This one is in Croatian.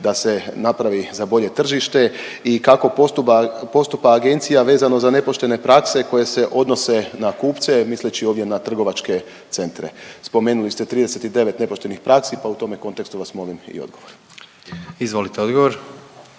da se napravi za bolje tržište? I kako postupa agencija vezano za nepoštene prakse koje se odnose na kupce, misleći ovdje na trgovačke centre? Spomenuli ste 39 nepoštenih praksi pa u tome kontekstu vas molim i odgovor. **Jandroković,